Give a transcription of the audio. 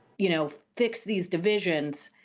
you know fix these divisions,